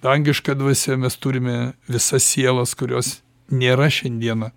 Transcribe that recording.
dangiška dvasia mes turime visas sielas kurios nėra šiandieną